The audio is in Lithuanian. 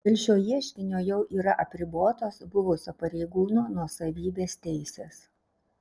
dėl šio ieškinio jau yra apribotos buvusio pareigūno nuosavybės teisės